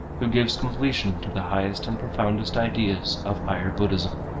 who gives completion to the highest and profoundest ideas of higher buddhism.